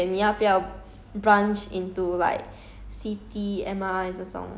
general lor 就是 X-ray lor then after that 你才才可以选你要不要